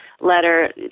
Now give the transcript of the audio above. letter